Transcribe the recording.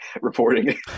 reporting